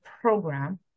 program